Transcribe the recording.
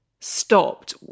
stopped